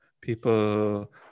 people